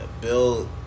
Bill